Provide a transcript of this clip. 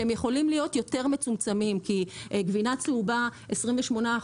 שהם יכולים להיות יותר מצומצמים כי גבינה צהובה 28%,